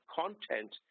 content